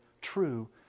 true